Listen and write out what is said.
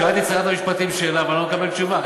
שאלתי את שרת המשפטים שאלה ואני לא מקבל תשובה.